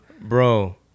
Bro